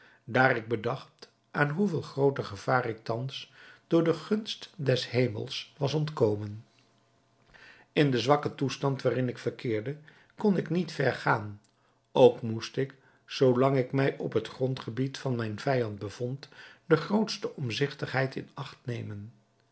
daar ik bedacht aan hoeveel grooter gevaar ik thans door de gunst des hemels was ontkomen in den zwakken toestand waarin ik verkeerde kon ik niet ver gaan ook moest ik zoo lang ik mij op het grondgebied van mijn vijand bevond de grootste omzigtigheid in acht nemen